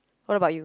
what about you